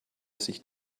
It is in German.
sich